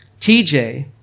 TJ